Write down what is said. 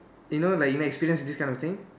you know like in experience this kind of thing